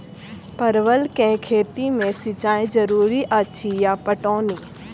परवल केँ खेती मे सिंचाई जरूरी अछि या पटौनी?